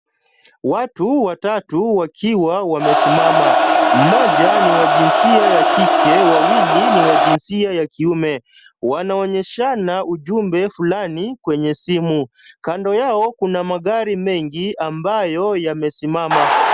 Watu watatu wakiwa wamesimama. Mmoja ni wa jinsia ya kike wawili ni wa jinsia ya kiume. Wanaonyeshana ujumbe fulani kwenye simu. Kando yao kuna magari mengi ambayo yamesimama.